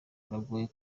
biragoye